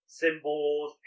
symbols